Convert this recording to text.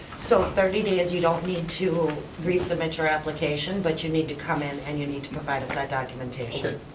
so in thirty days you don't need to resubmit your application, but you need to come in, and you need to provide us that documentation.